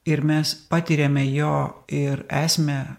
ir mes patiriame jo ir esmę